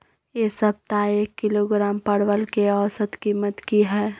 ऐ सप्ताह एक किलोग्राम परवल के औसत कीमत कि हय?